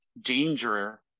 danger